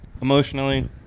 emotionally